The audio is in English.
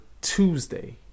Tuesday